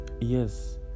yes